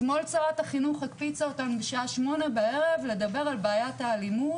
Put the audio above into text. אתמול שרת החינוך הקפיצה אותנו בשעה שמונה בערב לדבר על בעיית האלימות,